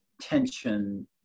tension